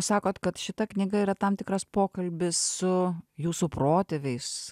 sakot kad šita knyga yra tam tikras pokalbis su jūsų protėviais